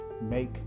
make